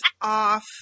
off